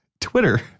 Twitter